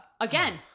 again